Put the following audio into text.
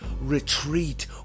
retreat